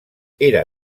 era